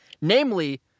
Namely